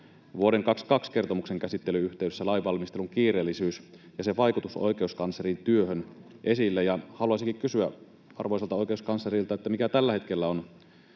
vuoden 22 kertomuksen käsittelyn yhteydessä lainvalmistelun kiireellisyys ja sen vaikutus oikeuskanslerin työhön. Haluaisinkin kysyä arvoisalta oikeuskanslerilta: Mikä tällä hetkellä on